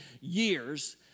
years